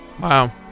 Wow